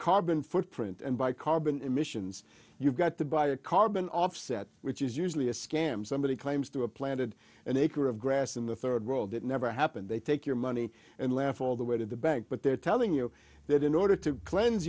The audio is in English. carbon footprint and by carbon emissions you've got to buy a carbon offset which is usually a scam somebody claims to a planted an acre of grass in the third world it never happened they take your money and laugh all the way to the bank but they're telling you that in order to cleanse